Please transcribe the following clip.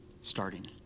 starting